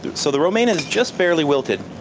so the romaine is just barely wilted.